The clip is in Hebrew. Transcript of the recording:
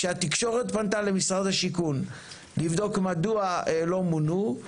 כשהתקשורת פנתה למשרד השיכון לבדוק מדוע לא מונו,